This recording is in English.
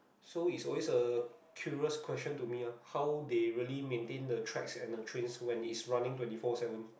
so it's always a curious question to me lah how they really maintain the tracks and the train when it is running twenty four seven